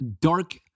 dark